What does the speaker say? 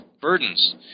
burdens